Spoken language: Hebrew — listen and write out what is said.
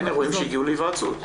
אין אירועים שהגיעו להיוועצות.